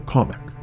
Comic